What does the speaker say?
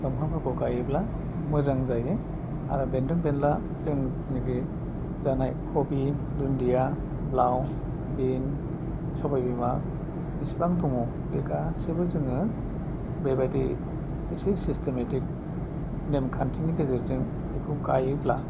दंफांफोरखौ गायोब्ला मोजां जायो आरो बेन्दों बेनला जों जिखिनि बे जानाय कबि दुन्दिया लाव बिन सबाय बिमा बिसिबां दङ बे गासिबो जोङो बे बायदि एसे सिस्टेमेटिक नेमखान्थिनि गेजेरजों बेखौ गायोब्ला